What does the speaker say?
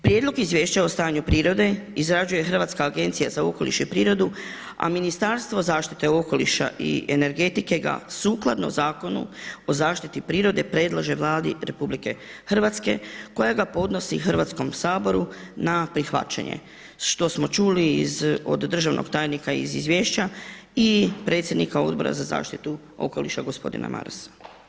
Prijedlog izvješća o stanju prirode izrađuje Hrvatska agencija za okoliš i prirodu a Ministarstvo zaštite okoliša i energetike ga sukladno Zakonu o zaštiti prirode predlaže Vladi RH koja ga podnosi Hrvatskom saboru na prihvaćanje što smo čuli od državnog tajnika iz izvješća i predsjednika Odbora za zaštitu okoliša gospodina Marasa.